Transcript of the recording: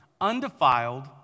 undefiled